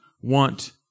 want